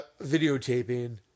videotaping